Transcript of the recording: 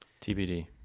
TBD